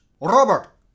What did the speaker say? Robert